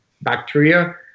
bacteria